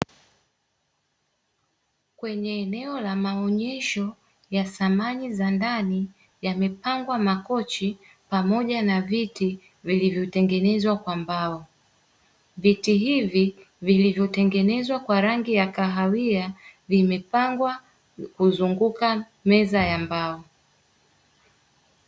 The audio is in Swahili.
Kwenye eneo la maonyesho ya samani za ndani yamepangwa makochi, pamoja na viti vilivyotengenezwa kwa mbao. Viti hivi vilivyotengenezwa kwa rangi ya kahawia vimepangwa kuzunguka meza ya mbao.